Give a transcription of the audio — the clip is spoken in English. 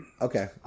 Okay